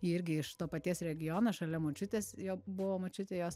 irgi iš to paties regiono šalia močiutės jo buvo močiutė jos